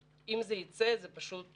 שאם זה ייצא זה פשוט --- בסדר,